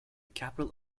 capital